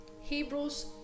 hebrews